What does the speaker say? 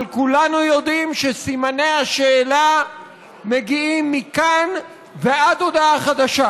אבל כולנו יודעים שסימני השאלה מגיעים מכאן ועד להודעה חדשה.